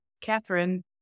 Catherine